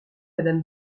madame